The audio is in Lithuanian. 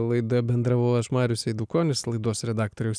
laidoje bendravau aš marius eidukonis laidos redaktorius